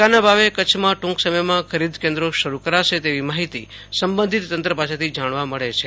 ટેકાના ભાવે કચ્છમાં ટૂંક સમયમાં ખરીદ કેન્દ્રો શરૂ કરાશે તેવી માહિતી સંબંધિત તંત્ર પાસેથી જાણવા મળે છે